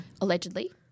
allegedly